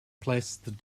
placed